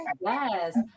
Yes